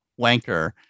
Wanker